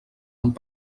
amb